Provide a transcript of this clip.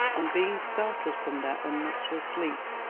on being startled from their unnatural sleep,